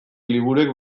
liburuek